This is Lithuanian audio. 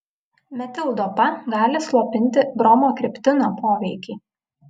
metildopa gali slopinti bromokriptino poveikį